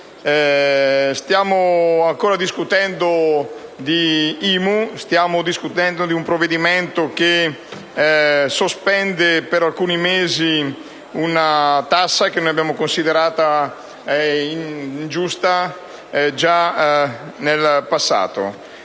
Stiamo discutendo di un provvedimento che sospende per alcuni mesi una tassa che abbiamo considerato ingiusta già nel passato